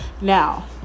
Now